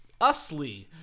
Usly